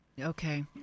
Okay